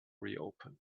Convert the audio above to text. reopen